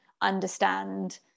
understand